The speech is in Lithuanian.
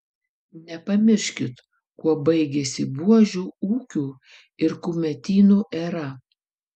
nepamirškit kuo baigėsi buožių ūkių ir kumetynų era